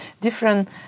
different